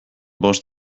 bost